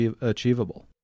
achievable